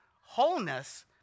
wholeness